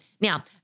Now